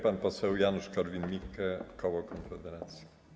Pan poseł Janusz Korwin-Mikke, koło Konfederacja.